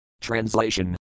Translation